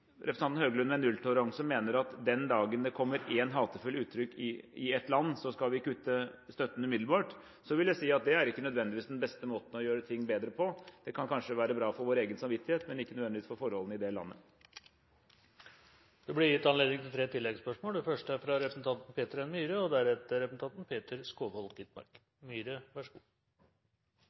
representanten Høglund med nulltoleranse mener at den dagen det kommer et hatefullt uttrykk i et land, skal vi kutte støtten umiddelbart, vil jeg si at det ikke nødvendigvis er den beste måten å gjøre ting bedre på. Det kan kanskje være bra for vår egen samvittighet, men ikke nødvendigvis for forholdene i det landet. Det blir